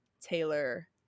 Taylor